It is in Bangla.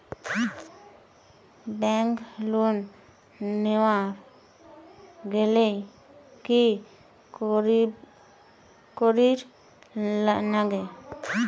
ব্যাংক লোন নেওয়ার গেইলে কি করীর নাগে?